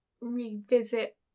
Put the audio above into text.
revisit